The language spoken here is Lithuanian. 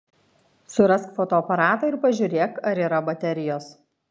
surask fotoaparatą ir pažiūrėk ar yra baterijos